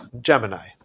Gemini